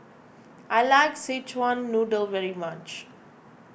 I like Szechuan Noodle very much